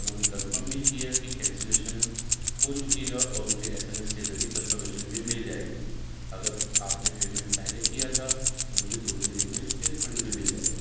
انہوں نے کنفرم بھی کیا کہ کینسلیشن ہو چکی ہے اور مجھے ایس ایم ایس کے ذریعے کنفرمیشن بھی مل جائے گی اگر آپ نے پیمنٹ پہلے کیا تھا تو مجھے دو تین دن میں اس کے ریفنڈ بھی مل جائے گا